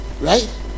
right